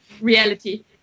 reality